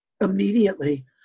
immediately